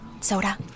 Soda